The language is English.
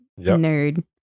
nerd